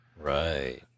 Right